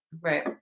Right